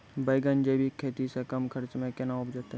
बैंगन जैविक खेती से कम खर्च मे कैना उपजते?